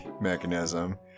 mechanism